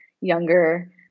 younger